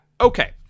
okay